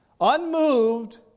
unmoved